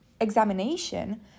examination